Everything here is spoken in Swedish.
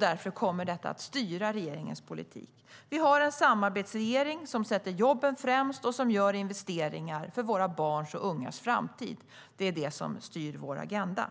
Detta kommer därför att styra regeringens politik. Vi har en samarbetsregering som sätter jobben främst och som gör investeringar för våra barns och ungas framtid. Det är det som styr vår agenda.